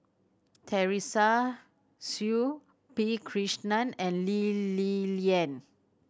Teresa Hsu P Krishnan and Lee Li Lian